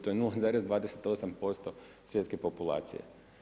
To je 0,28% svjetske populacije.